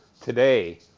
today